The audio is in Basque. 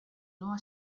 noa